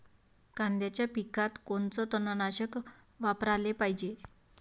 कांद्याच्या पिकात कोनचं तननाशक वापराले पायजे?